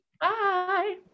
bye